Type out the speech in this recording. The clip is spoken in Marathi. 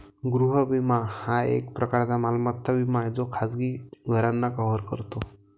गृह विमा हा एक प्रकारचा मालमत्ता विमा आहे जो खाजगी घरांना कव्हर करतो